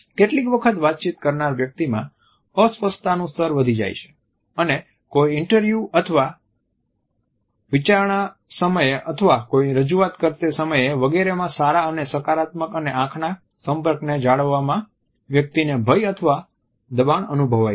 કેટલીક વખત વાતચીત કરનાર વ્યક્તિમાં અસ્વસ્થતાનું સ્તર વધી જાય છે અને કોઈ ઇન્ટરવ્યૂ અથવા વિચારણા સમયે અથવા કોઈ રજૂઆત કરતી સમયે વગેરેમાં સારા અને સકારાત્મક અને આંખના સંપર્કને જાળવવામાં વ્યક્તિને ભય અથવા દબાણ અનુભવાય છે